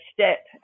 step